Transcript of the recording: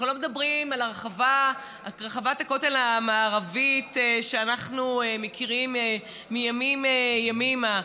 אנחנו לא מדברים על רחבת הכותל המערבי שאנחנו מכירים מימים ימימה.